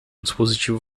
dispositivo